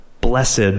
blessed